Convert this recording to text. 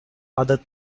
other